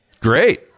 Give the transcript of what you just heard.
Great